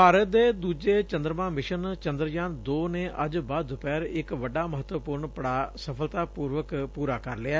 ਭਾਰਤ ਦੇ ਦੁਜੇ ਚੰਦਰਮਾ ਮਿਸ਼ਨ ਚੰਦਰਯਾਨ ਦੋ ਨੇ ਅੱਜ ਬਾਅਦ ਦੁਪਹਿਰ ਇਕ ਵੱਡਾ ਮਹੱਤਵਪੁਰਨ ਪਤਾਅ ਸਫਲਤਾਪੁਰਵਕ ਪੁਰਾ ਕਰ ਲਿਐ